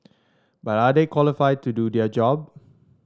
but are they qualified to do their job